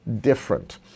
different